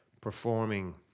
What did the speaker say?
performing